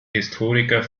historiker